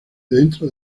dentro